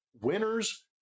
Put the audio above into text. winners